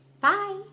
Bye